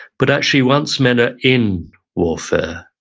but actually, once men are in warfare,